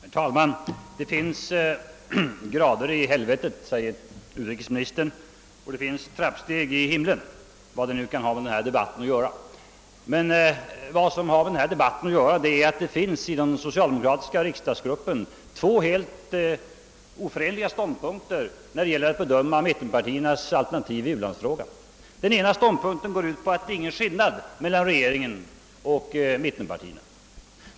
Herr talman! Det finns grader i helvetet och trappsteg i himlen, säger utrikesministern — vad nu detta kan ha med denna debatt att göra. Men vad som har med denna debatt att göra är att det i den socialdemokratiska riksdagsgruppen finns två helt oförenliga ståndpunkter när det gäller att bedöma mittenpartiernas alternativ till u-landsfrågan. Den ena ståndpunkten går ut på att det inte finns någon skillnad alls mellan regeringen och mittenpartierna.